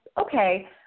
okay